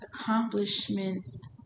accomplishments